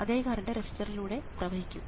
അതേ കറണ്ട് റെസിസ്റ്ററിലൂടെ പ്രവഹിക്കും